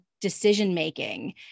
decision-making